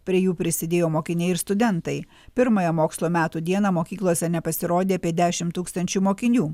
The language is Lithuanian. prie jų prisidėjo mokiniai ir studentai pirmąją mokslo metų dieną mokyklose nepasirodė apie dešimt tūkstančių mokinių